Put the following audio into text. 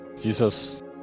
jesus